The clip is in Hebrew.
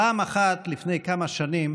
פעם אחת לפני כמה שנים